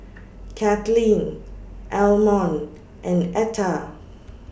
Kathlyn Almon and Etta